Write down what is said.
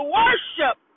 worship